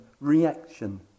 reaction